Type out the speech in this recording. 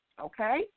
okay